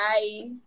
Bye